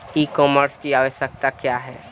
ई कॉमर्स की आवशयक्ता क्या है?